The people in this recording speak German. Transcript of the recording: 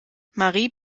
marie